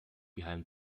behind